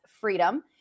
freedom